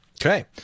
Okay